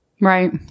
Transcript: Right